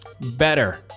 better